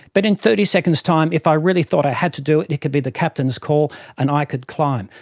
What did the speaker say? but in thirty seconds time if i really thought i had to do it it could be the captain's call and i could climb.